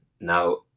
now